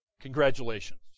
Congratulations